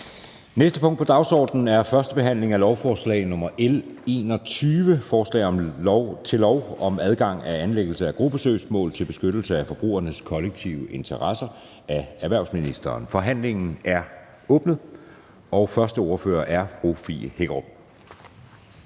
næste punkt på dagsordenen er: 8) 1. behandling af lovforslag nr. L 21: Forslag til lov om adgang til anlæggelse af gruppesøgsmål til beskyttelse af forbrugernes kollektive interesser. Af erhvervsministeren (Morten Bødskov). (Fremsættelse